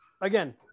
again